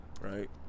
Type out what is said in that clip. right